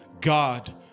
God